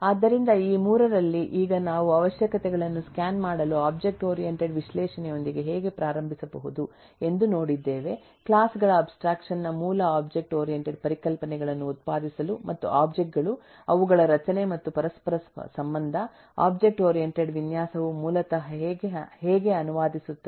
ಆದ್ದರಿಂದ ಈ 3 ರಲ್ಲಿ ಈಗ ನಾವು ಅವಶ್ಯಕತೆಗಳನ್ನು ಸ್ಕ್ಯಾನ್ ಮಾಡಲು ಒಬ್ಜೆಕ್ಟ್ ಓರಿಯಂಟೆಡ್ ವಿಶ್ಲೇಷಣೆಯೊಂದಿಗೆ ಹೇಗೆ ಪ್ರಾರಂಭಿಸಬಹುದು ಎಂದು ನೋಡಿದ್ದೇವೆ ಕ್ಲಾಸ್ ಗಳ ಅಬ್ಸ್ಟ್ರಾಕ್ಷನ್ ನ ಮೂಲ ಒಬ್ಜೆಕ್ಟ್ ಓರಿಯಂಟೆಡ್ ಪರಿಕಲ್ಪನೆಗಳನ್ನು ಉತ್ಪಾದಿಸಲು ಮತ್ತು ಒಬ್ಜೆಕ್ಟ್ ಗಳು ಅವುಗಳ ರಚನೆ ಮತ್ತು ಪರಸ್ಪರ ಸಂಬಂಧ ಒಬ್ಜೆಕ್ಟ್ ಓರಿಯಂಟೆಡ್ ವಿನ್ಯಾಸವು ಮೂಲತಃ ಹೇಗೆ ಅನುವಾದಿಸುತ್ತದೆ